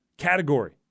Category